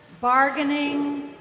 bargaining